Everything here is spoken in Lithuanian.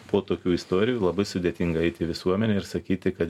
po tokių istorijų labai sudėtinga eit į visuomenę ir sakyti kad